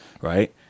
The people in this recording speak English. Right